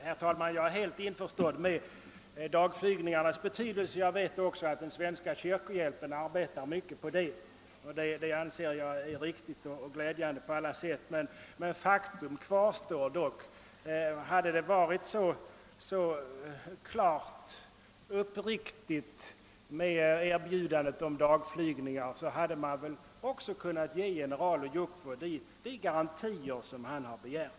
Herr talman! Jag är helt införstådd med dagflygningarnas betydelse och jag vet också att kyrkorna arbetar efter den linjen. Jag anser detta vara riktigt och glädjande på alla sätt. Faktum kvarstår dock: om det hade varit så klart uppriktigt med erbjudandet om dagflygningar, hade man väl också kunnat ge general Ojukwu de garantier som han har begärt.